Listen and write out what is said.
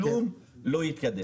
כלום לא יתקדם.